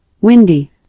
windy